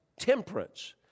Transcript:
temperance